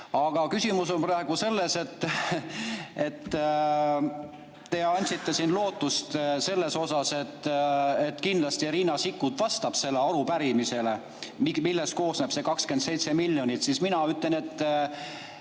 Aga küsimus on praegu selles, et te andsite lootust selles suhtes, et kindlasti Riina Sikkut vastab arupärimisele, millest koosneb see 24,7 miljonit.